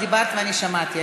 את דיברת ואני שמעתי.